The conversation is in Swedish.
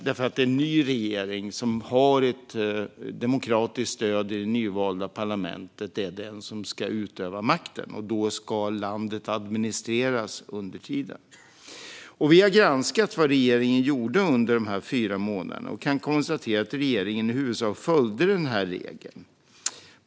Det är ju en ny regering som har demokratiskt stöd i det nyvalda parlamentet som ska utöva makten, och då ska landet administreras under tiden. Vi har granskat vad regeringen gjorde under dessa fyra månader och kan konstatera att regeringen i huvudsak följde den här regeln.